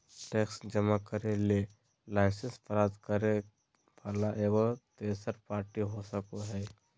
tax जमा करे ले लाइसेंस प्राप्त करे वला एगो तेसर पार्टी हो सको हइ